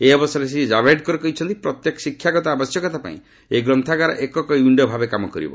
ଏହି ଅବସରରେ ଶ୍ରୀ କାଭେଡ୍କର କହିଛନ୍ତି ପ୍ରତ୍ୟେକ ଶିକ୍ଷାଗତ ଆବଶ୍ୟକତା ପାଇଁ ଏହି ଗ୍ରନ୍ଥାଗାର ଏକକ ୱିଷ୍ଣୋ ଭାବେ କାମ କରିବ